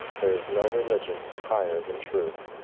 there is no religion higher than truth.